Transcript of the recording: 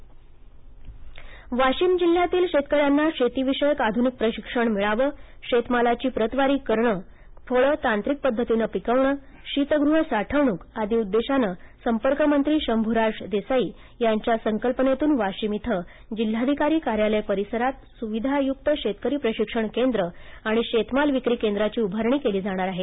वाशीम शेतकरी केंद्र उभारणी वाशिम जिल्ह्यातील शेतकऱ्यांना शेतीविषयक आधुनिक प्रशिक्षण मिळावं शेतमालाची प्रतवारी करणं फळं तांत्रिक पद्धतीनं पिकवणं शीतगृह साठवणूक आदी उद्देशानं संपर्कमंत्री शंभूराज देसाई यांच्या संकल्पनेतून वाशिम इथं जिल्हाधिकारी कार्यालय परिसरात सुविधायुक्त शेतकरी प्रशिक्षण केंद्र आणि शेतमाल विक्री केंद्राची उभारणी केली जाणार आहे